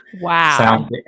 Wow